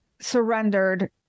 surrendered